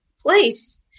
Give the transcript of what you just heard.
place